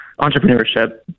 Entrepreneurship